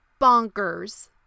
bonkers